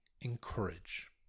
encourage